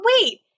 wait